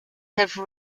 have